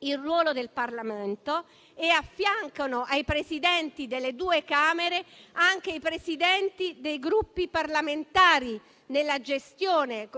il ruolo del Parlamento e affiancano ai Presidenti delle due Camere anche i Presidenti dei Gruppi parlamentari,